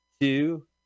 two